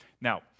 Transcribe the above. Now